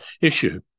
issue